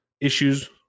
issues